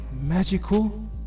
magical